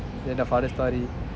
then the father story